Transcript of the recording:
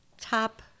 top